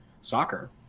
soccer